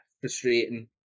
frustrating